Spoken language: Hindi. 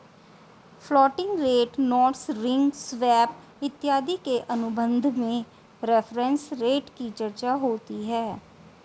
floating rate notes ring swap इत्यादि के अनुबंध में रेफरेंस रेट की चर्चा होती है